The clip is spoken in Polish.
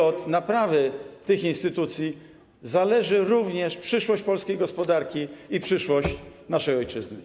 Od naprawy tych instytucji zależy również przyszłość polskiej gospodarki i przyszłość naszej ojczyzny.